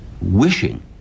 wishing